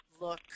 look